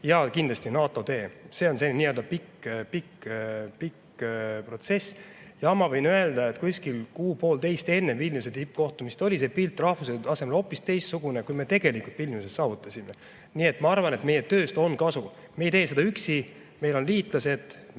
Ja kindlasti ka NATO-tee, see on selline pikk protsess. Ja ma võin öelda, et kuskil kuu-poolteist enne Vilniuse tippkohtumist oli pilt rahvusvahelisel tasemel hoopis teistsugune, kui me tegelikult Vilniuses saavutasime. Nii et ma arvan, et meie tööst on kasu. Me ei tee seda üksi, meil on liitlased,